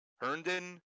Herndon